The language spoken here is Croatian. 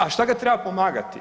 A što ga treba pomagati?